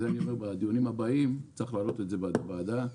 בדיונים הבאים צריך להעלות את זה בוועדה.